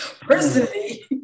Personally